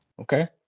Okay